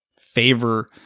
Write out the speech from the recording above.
favor